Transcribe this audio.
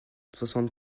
soixante